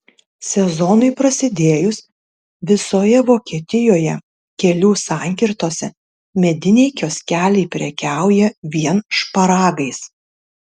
sezonui prasidėjus visoje vokietijoje kelių sankirtose mediniai kioskeliai prekiauja vien šparagais